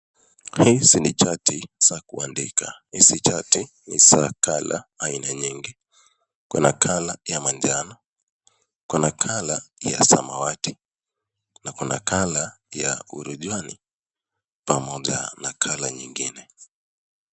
Hizi ni chati za kuandika. Hizi chati ni za kala haina nyingi. Kuna kala ya manjano, kuna kala ya samawati, na kuna kala ya urujuani. Pamoja na kala nyingine.